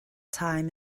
time